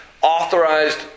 authorized